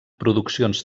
produccions